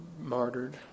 martyred